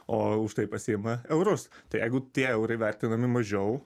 o už tai pasiima eurus tai jeigu tie eurai vertinami mažiau